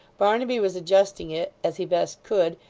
barnaby was adjusting it as he best could,